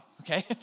okay